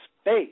space